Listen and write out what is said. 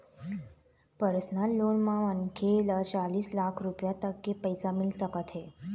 personal loan म मनखे ल चालीस लाख रूपिया तक के पइसा मिल सकत हे